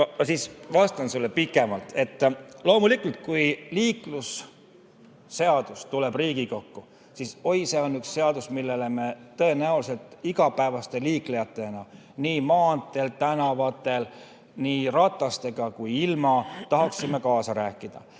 Ma siis vastan sulle pikemalt. Loomulikult, kui liiklusseadus tuleb Riigikokku, siis oi, see on üks seadus, millele me tõenäoliselt igapäevaste liiklejatena maanteedel ja tänavatel, nii ratastega kui ilma, tahaksime kaasa rääkida.